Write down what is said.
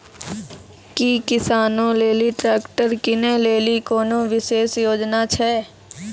कि किसानो लेली ट्रैक्टर किनै लेली कोनो विशेष योजना छै?